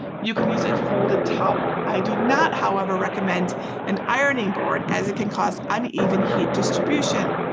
you can use a folded towel. i do not however, recommend an irony board as it can cause uneven heat distribution.